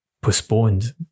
postponed